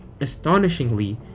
Astonishingly